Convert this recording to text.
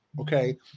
okay